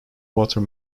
water